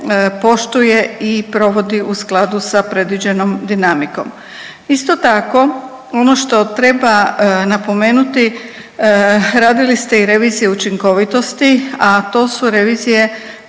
poštuje i provodi u skladu sa predviđenom dinamikom. Isto tako, ono što treba napomenuti radili ste i revizije učinkovitosti, a to su revizije